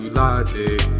logic